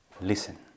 listen